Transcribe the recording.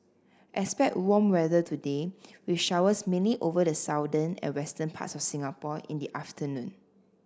expect warm weather today with showers mainly over the southern and western parts of Singapore in the afternoon